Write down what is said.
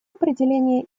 определение